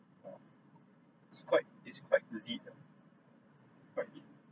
you know it's quite it's quite elite ah you quite elite